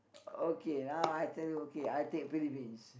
okay now I tell you okay I take Philippines